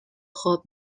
خواب